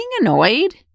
annoyed